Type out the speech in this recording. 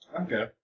Okay